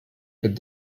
could